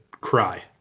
cry